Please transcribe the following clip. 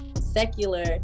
secular